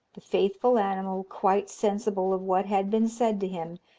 the faithful animal, quite sensible of what had been said to him,